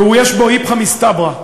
ויש בו איפכא מסתברא.